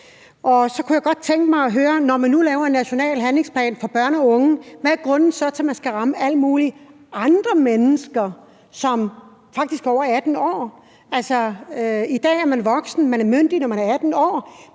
Når man nu laver en national handlingsplan for børn og unge, hvad er grunden så til, at man skal ramme alle mulige andre mennesker, som faktisk er over 18 år? Altså, i dag er man voksen, man er myndig, når man er 18 år.